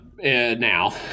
now